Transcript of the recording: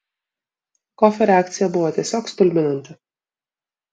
kofio reakcija buvo tiesiog stulbinanti